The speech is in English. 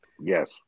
yes